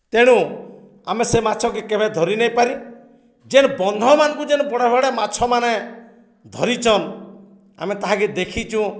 ତେଣୁ ଆମେ ସେ ମାଛକେ କେବେ ଧରି ନେଇ ପାରି ଯେନ୍ ବନ୍ଧମାନଙ୍କୁ ଯେନ୍ ବଡ଼୍ ବଡ଼୍ ମାଛମାନେ ଧରିଚନ୍ ଆମେ ତାହାକେ ଦେଖିଚୁଁ